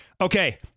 Okay